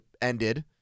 ended